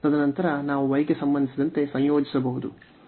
ತದನಂತರ ನಾವು y ಗೆ ಸಂಬಂಧಿಸಿದಂತೆ ಸಂಯೋಜಿಸಬಹುದು